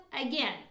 Again